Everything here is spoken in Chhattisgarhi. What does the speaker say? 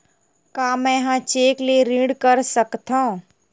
का मैं ह चेक ले ऋण कर सकथव?